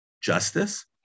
justice